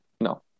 No